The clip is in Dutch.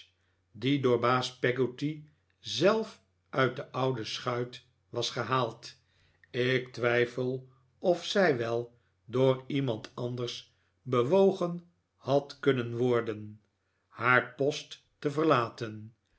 die door baas peggotty zelf uit de oude schuit was gehaald ik twijfel of zij wel door iemand anders bewogen had kunnen worden haar david copperfield post te verlaten